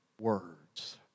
words